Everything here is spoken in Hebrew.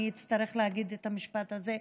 אני אצטרך להגיד את המשפט הזה,